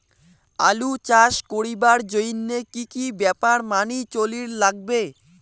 আলু চাষ করিবার জইন্যে কি কি ব্যাপার মানি চলির লাগবে?